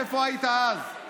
איפה היית אז?